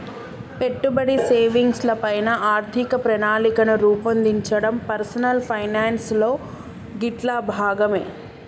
పెట్టుబడి, సేవింగ్స్ ల పైన ఆర్థిక ప్రణాళికను రూపొందించడం పర్సనల్ ఫైనాన్స్ లో గిట్లా భాగమే